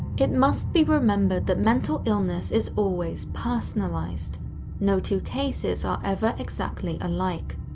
it must be remembered that mental illness is always personalised no two cases are ever exactly alike.